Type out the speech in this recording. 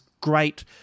great